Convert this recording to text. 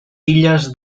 illes